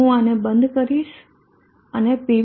હું આને બંધ કરીશ અને pv